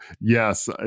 yes